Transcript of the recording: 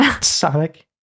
Sonic